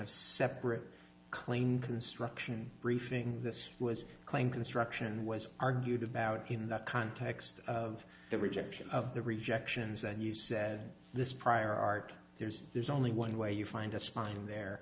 of separate claim construction briefing this was a claim construction was argued about in the context of the rejection of the rejections and you said this prior art there's there's only one way you find a spine in there